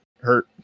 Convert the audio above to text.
hurt